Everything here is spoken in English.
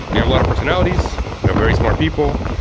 we have lot of personalities. we have very smart people.